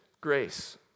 grace